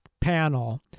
panel